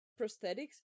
prosthetics